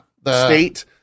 state